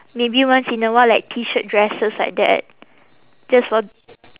maybe once in a while like T shirt dresses like that just for